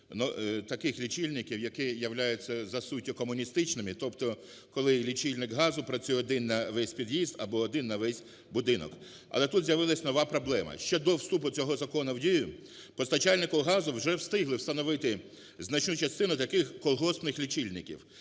таких лічильників, які являються за суттю комуністичними, тобто коли лічильник газу працює один на весь під'їзд або один на весь будинок. Але тут з'явилась нова проблема. Ще до вступу цього закону в дію постачальники газу вже встигли встановити значну частину таких колгоспних лічильників.